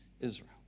Israel